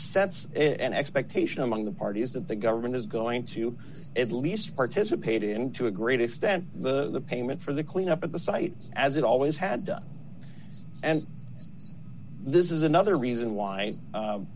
sets an expectation among the parties that the government is going to at least participate in to a great extent the payment for the cleanup of the site as it always had done and this is another reason why